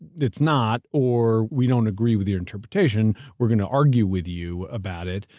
it's not, or we don't agree with your interpretation. we're going to argue with you about it.